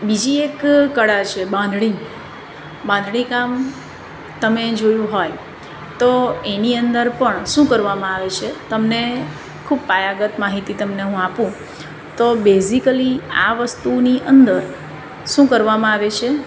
બીજી એક કળા છે બાંધણી બાંધણી કામ તમે જોયું હોય તો એની અંદર પણ શું કરવામાં આવે છે તમને ખૂબ પાયાગત માહિતી તમને હું આપું તો બેઝિકલી આ વસ્તુની અંદર શું કરવામાં આવે છે